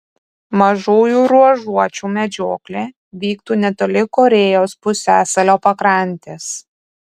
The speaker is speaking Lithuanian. mažųjų ruožuočių medžioklė vyktų netoli korėjos pusiasalio pakrantės